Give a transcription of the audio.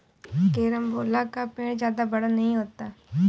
carambola का पेड़ जादा बड़ा नहीं होता